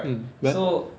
mm but